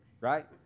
right